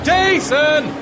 Jason